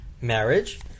marriage